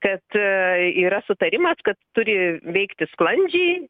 kad yra sutarimas kad turi veikti sklandžiai